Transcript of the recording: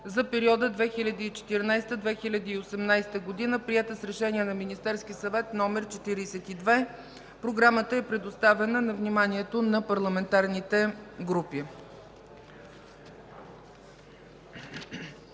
за периода 2014-2018 г., приета с Решение на Министерския съвет № 42. Програмата е предоставена на вниманието на парламентарните групи.